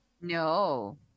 No